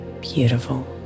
beautiful